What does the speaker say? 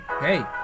Hey